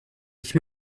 ich